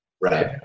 Right